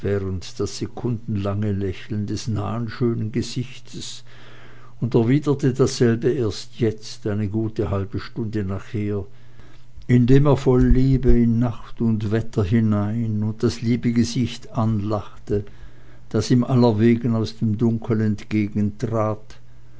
das sekundenlange lächeln des nahen schönen gesichtes und erwiderte dasselbe erst jetzt eine gute halbe stunde nachher indem er voll liebe in nacht und wetter hinein und das liebe gesicht anlachte das ihm allerwegen aus dem dunkel